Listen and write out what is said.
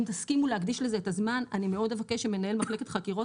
אם תסכימו להקדיש לזה את הזמן אני מאוד אבקש שמנהל מחלקת חקירות